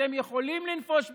אתם יכולים לנפוש בארץ,